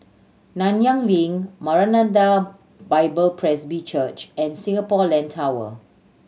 Nanyang Link Maranatha Bible Presby Church and Singapore Land Tower